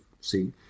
see